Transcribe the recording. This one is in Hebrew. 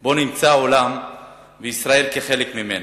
שהעולם נמצא בו, וישראל, כחלק ממנו.